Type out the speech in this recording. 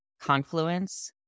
Confluence